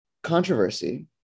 controversy